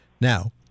Now